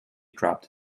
dropped